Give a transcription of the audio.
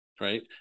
right